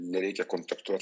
nereikia kontaktuot